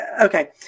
Okay